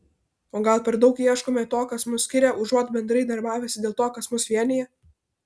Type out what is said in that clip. o gal per daug ieškome to kas mus skiria užuot bendrai darbavęsi dėl to kas mus vienija